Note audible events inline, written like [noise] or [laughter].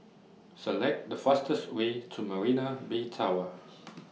Select The fastest Way to Marina Bay Tower [noise]